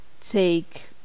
take